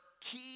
key